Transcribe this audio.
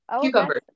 Cucumbers